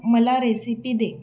मला रेसिपी दे